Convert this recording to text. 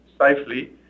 safely